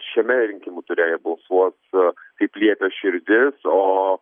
šiame rinkimų ture jie balsuos kaip liepia širdis o